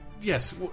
Yes